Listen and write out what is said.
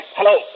Hello